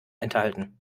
enthalten